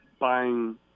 buying